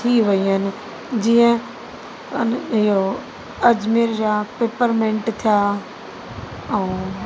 थी वई आहिनि जीअं आहिनि इहो अजमेर जा पिपरमिंट थिया ऐं